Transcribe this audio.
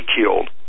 killed